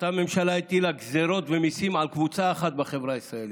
אותה ממשלה הטילה גזרות ומיסים על קבוצה אחת בחברה הישראלית,